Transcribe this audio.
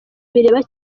bireba